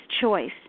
choice